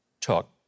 took